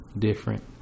different